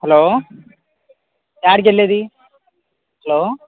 hello ఎక్కడికి వెళ్ళేది hello